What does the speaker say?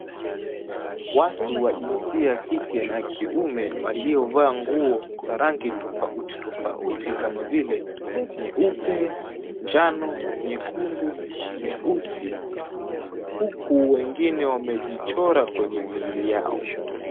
Watu wa jinsia ya kike na kiume waliovaa nguo za rangi tofauti tofauti kama vile nyeupe, njano, nyekundu, nyeusi huku wengine wamejichora kwenye miili yao.